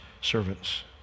servants